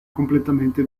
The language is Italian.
completamente